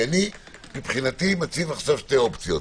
כי מבחינתי אני מציב עכשיו שתי אופציות.